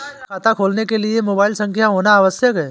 क्या खाता खोलने के लिए मोबाइल संख्या होना आवश्यक है?